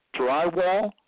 drywall